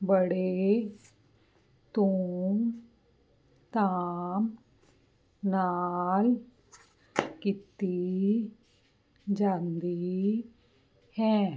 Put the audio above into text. ਬੜੇ ਧੂਮਧਾਮ ਨਾਲ ਕੀਤੀ ਜਾਂਦੀ ਹੈ